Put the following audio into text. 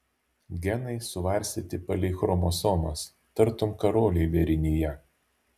genai suvarstyti palei chromosomas tartum karoliai vėrinyje